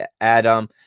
Adam